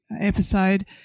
episode